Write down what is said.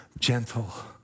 gentle